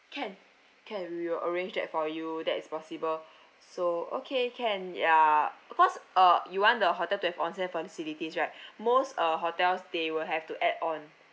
can can we will arrange that for you that is possible so okay can ya of course uh you want the hotel to have onsen facilities right most uh hotels they will have to add on